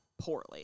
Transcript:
Poorly